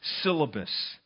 syllabus